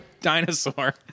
dinosaur